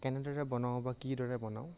কেনেদৰে বনাওঁ বা কিদৰে বনাওঁ